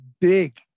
big